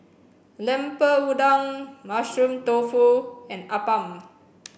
lemper Udang Mushroom Tofu and Appam